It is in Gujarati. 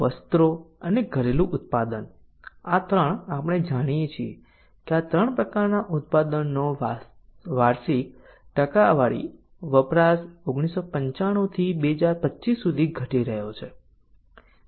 વસ્ત્રો અને ઘરેલુ ઉત્પાદન આ 3 આપણે જોઈએ છીએ કે આ 3 પ્રકારના ઉત્પાદનોનો વાર્ષિક ટકાવારી વપરાશ 1995 થી 2025 સુધી ઘટી રહ્યો છે